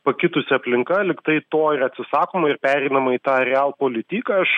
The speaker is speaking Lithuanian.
pakitusi aplinka lyg tai to yra atsisakoma ir pereinama į tą real politik aš